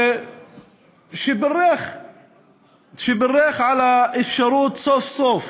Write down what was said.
שבירך על האפשרות סוף-סוף